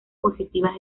positivas